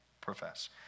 profess